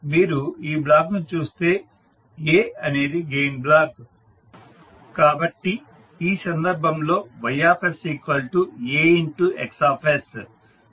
మీరు ఈ బ్లాక్ను చూస్తే A అనేది గెయిన్ బ్లాక్ కాబట్టి ఈ సందర్భంలో Ys AX